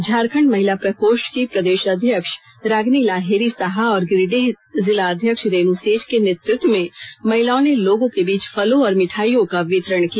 झारखंड महिला प्रकोष्ठ की प्रदेश अध्यक्ष रागिनी लाहेरी साहा और गिरिडीह जिला अध्यक्ष रेणु सेठ के नेतृत्व में महिलाओं ने लोगों के बीच फलों और मिठाइयों का वितरण किया